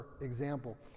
example